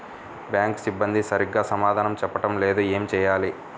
Bank సిబ్బంది సరిగ్గా సమాధానం చెప్పటం లేదు ఏం చెయ్యాలి?